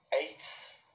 eight